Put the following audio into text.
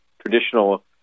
traditional